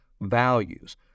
values